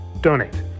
donate